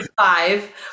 five